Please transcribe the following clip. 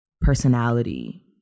personality